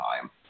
time